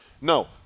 No